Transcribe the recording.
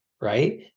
Right